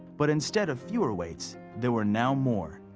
but instead of fewer weights there were now more.